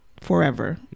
forever